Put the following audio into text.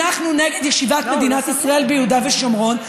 אנחנו נגד ישיבת מדינת ישראל ביהודה ושומרון,